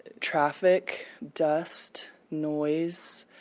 traffic, dust, noise.